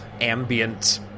ambient